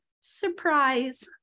surprise